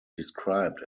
described